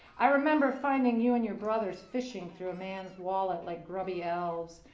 i remember finding you and your brothers fishing through a man's wallet like grubby elves.